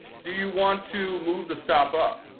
do you want to move the stop up?